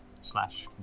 slash